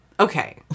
Okay